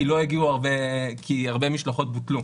כי הרבה משלחות בוטלו.